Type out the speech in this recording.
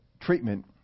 treatment